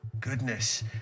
goodness